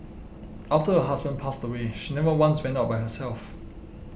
after her husband passed away she never once went out by herself